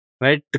right